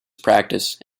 practiced